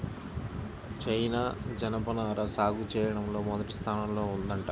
China జనపనార సాగు చెయ్యడంలో మొదటి స్థానంలో ఉందంట